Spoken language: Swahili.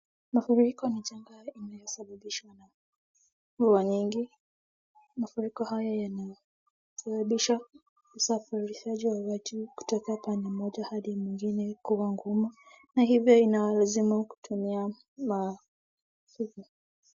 Mafuriko ni janga inayosababishwa na mvua mingi, mafuriko haya yanasababisha usairishaji wa watu kutoka pande moja hadi nyingine kwa ngumu na hivyo inawalazimu kutumia mafungo.